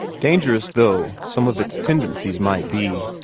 dangerous though some of its tendencies might be,